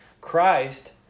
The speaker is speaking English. Christ